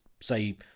Say